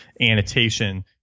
annotation